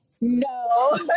no